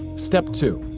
step two.